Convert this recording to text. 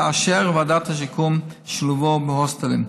תאשר ועדת השיקום את שילובו בהוסטלים.